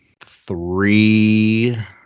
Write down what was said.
three